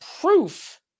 proof